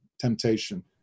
temptation